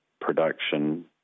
production